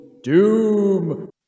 doom